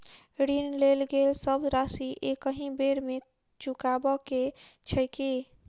ऋण लेल गेल सब राशि एकहि बेर मे चुकाबऽ केँ छै की?